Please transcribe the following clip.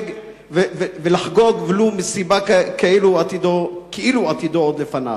ולחגוג לו מסיבה כאילו עתידו עוד לפניו.